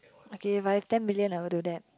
okay by ten million I will do that